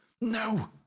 no